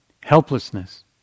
Helplessness